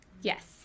Yes